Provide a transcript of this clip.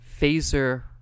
Phaser